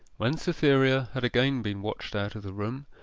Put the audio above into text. when cytherea had again been watched out of the room,